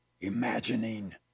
imagining